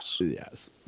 Yes